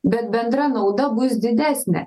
bet bendra nauda bus didesnė